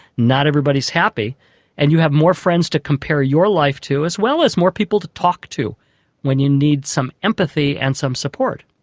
not everybody is happy and you have more friends to compare your life to as well as more people to talk to when you need some empathy and some support.